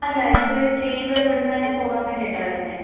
അല്ല ഇത് ചെയ്ത് ഇവിടുന്ന് തന്നെ പോകാൻ വേണ്ടിയിട്ടാണ് വരുന്നത്